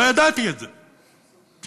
לא ידעתי את זה,